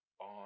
on